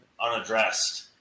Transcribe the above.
unaddressed